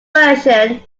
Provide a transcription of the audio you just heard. version